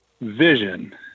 vision